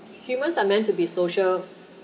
humans are meant to be social